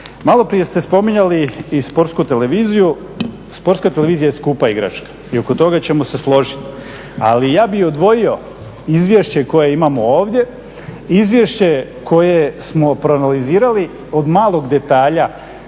Malo prije ste spominjali i sportsku televiziju, sportska televizija je skupa igračka i oko toga ćemo se složiti. Ali ja bih odvojio izvješće koje imamo ovdje, izvješće koje smo proanalizirali od malog detalja